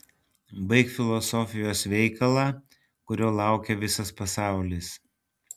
baik filosofijos veikalą kurio laukia visas pasaulis